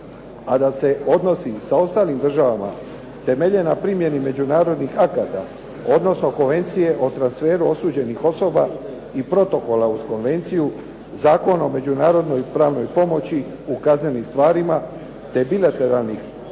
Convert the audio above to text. a da se odnosi sa ostalim državama temelje na primjeni međunarodnih akata odnosno Konvencije o transferu osuđenih osoba i protokola uz konvenciju Zakona o međunarodnoj i pravnoj pomoći u kaznenim stvarima te bilateralnim